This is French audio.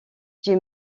j’ai